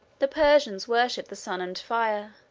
the persians worship the sun and fire.